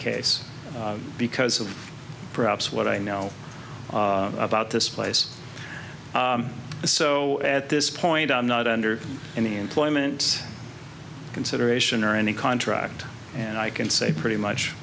case because of perhaps what i know about this place so at this point i'm not under any employment consideration or any contract and i can say pretty much